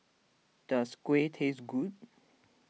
does Kuih taste good